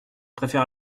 préfère